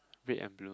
red and blue